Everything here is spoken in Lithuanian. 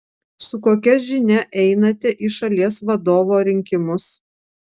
su kokia žinia einate į šalies vadovo rinkimus